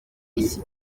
iki